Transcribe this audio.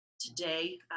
today